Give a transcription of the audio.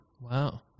Wow